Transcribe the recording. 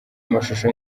amashusho